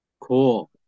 cool